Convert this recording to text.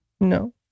No